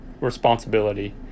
responsibility